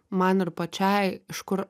man ir pačiai iš kur